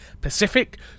Pacific